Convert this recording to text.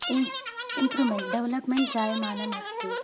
इम् improvement development जायमानमस्ति